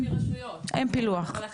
אין פילוח.